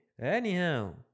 Anyhow